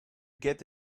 get